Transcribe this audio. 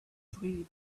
twenty